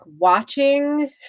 watching